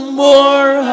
more